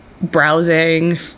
browsing